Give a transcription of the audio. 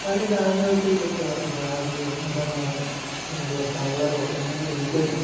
പല ജാതിമതത്തില്പ്പെട്ടവര് ജാതിയോ മതമോ എന്തുവാ കളറോ എന്നതിലുപരി